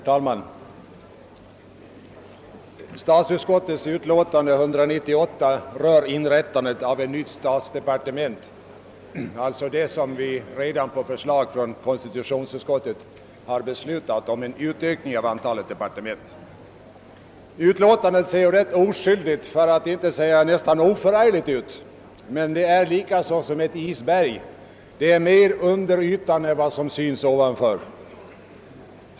Herr talman! Statsutskottets utlåtande nr 198 behandlar frågan om inrättande av ett nytt statsdepartement, alltså en följd av det beslut om en utökning av antalet departement som vi nyss fattade på hemställan av konstitutionsutskottet. Statsutskottets utlåtande ser rätt oskyldigt, för att inte säga oförargligt ut. Men det är med detta utlåtande som med ett isberg; det är mer under ytan än vad som syns ovanför.